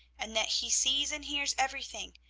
and that he sees and hears everything,